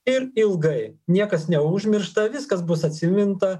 ir ilgai niekas neužmiršta viskas bus atsiminta